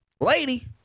Lady